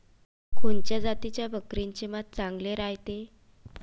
कोनच्या जातीच्या बकरीचे मांस चांगले रायते?